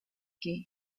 que